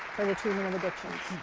for the treatment of addictions.